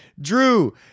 Drew